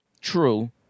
True